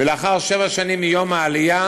ולאחר שבע שנים מיום העלייה